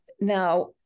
now